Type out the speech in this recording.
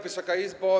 Wysoka Izbo!